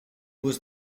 was